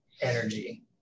energy